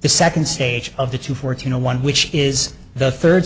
the second stage of the two fourteen zero one which is the third